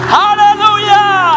hallelujah